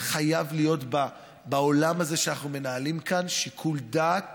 חייב להיות בעולם הזה שאנחנו מנהלים כאן שיקול דעת